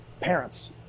parents